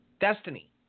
destiny